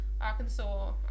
Arkansas